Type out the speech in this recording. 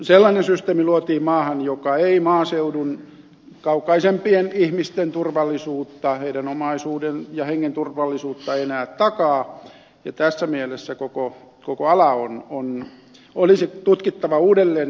sellainen systeemi luotiin maahan joka ei maaseudun kaukaisempien ihmisten turvallisuutta heidän omaisuutensa ja henkensä turvallisuutta enää takaa ja tässä mielessä koko ala olisi tutkittava uudelleen ja järjestettävä